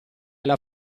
alla